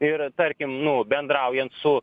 ir tarkim nu bendraujant su